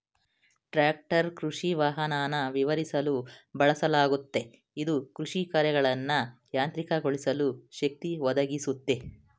tractor ಕೃಷಿವಾಹನನ ವಿವರಿಸಲು ಬಳಸಲಾಗುತ್ತೆ ಇದು ಕೃಷಿಕಾರ್ಯಗಳನ್ನ ಯಾಂತ್ರಿಕಗೊಳಿಸಲು ಶಕ್ತಿ ಒದಗಿಸುತ್ತೆ